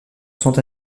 centre